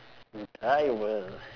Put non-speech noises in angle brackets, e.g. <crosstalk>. <noise> entire world